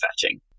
fetching